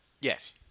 Yes